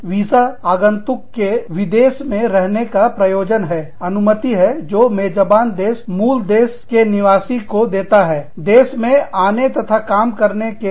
visa आगंतुक के विदेश में रहने का प्रयोजन है अनुमति है जो मेजबान देश मूल देश के निवासी को देता है देश में आने तथा काम करने के लिए